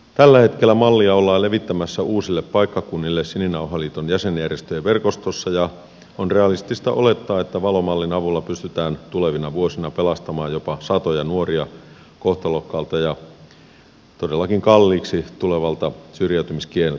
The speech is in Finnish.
tällä hetkellä mallia ollaan levittämässä uusille paikkakunnille sininauhaliiton jäsenjärjestöjen verkostossa ja on realistista olettaa että valo mallin avulla pystytään tulevina vuosina pelastamaan jopa satoja nuoria kohtalokkaalta ja todellakin kalliiksi tulevalta syrjäytymiskierteeltä